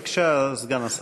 בבקשה, סגן השר.